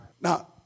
Now